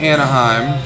Anaheim